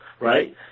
Right